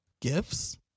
gifts